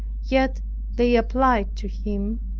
yet they applied to him,